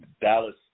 Dallas